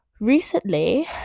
recently